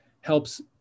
helps